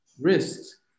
risks